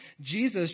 Jesus